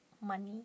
money